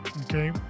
okay